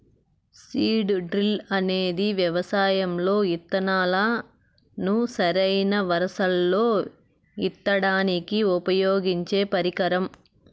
seed drill అనేది వ్యవసాయం లో ఇత్తనాలను సరైన వరుసలల్లో ఇత్తడానికి ఉపయోగించే పరికరం